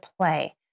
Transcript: play